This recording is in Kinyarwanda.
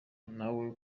nawe